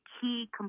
key